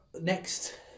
next